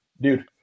dude